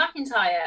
McIntyre